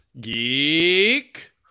geek